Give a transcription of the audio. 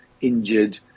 injured